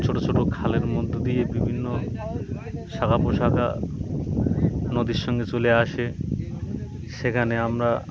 ছোট ছোট খালের মধ্যে দিয়ে বিভিন্ন শাখা প্রশাখা নদীর সঙ্গে চলে আসে সেখানে আমরা